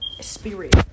spirit